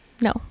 no